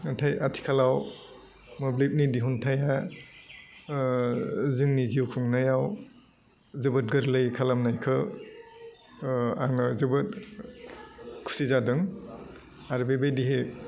नाथाय आथिखालाव मोब्लिबनि दिहुन्थाइआ ओह जोंनि जिउ खुंनायाव जोबोद गोरलै खालामनायखौ ओह आङो जोबोद खुसि जादों आरो बेबायदियै